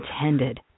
intended